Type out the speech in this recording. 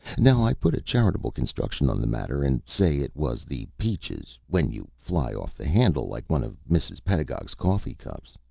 now i put a charitable construction on the matter and say it was the peaches, when you fly off the handle like one of mrs. pedagog's coffee-cups.